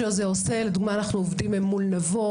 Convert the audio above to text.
לדוגמה אנחנו עובדים עם "מול נבו",